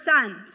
sons